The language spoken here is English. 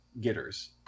getters